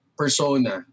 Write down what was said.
persona